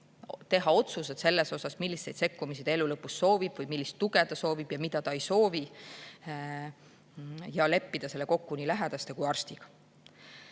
teha otsused selle kohta, milliseid sekkumisi ta elu lõpus soovib või millist tuge ta soovib ja mida ta ei soovi, ning leppida kokku nii lähedaste kui ka arstiga.